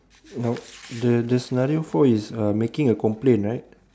nope the the scenario four is uh making a complaint right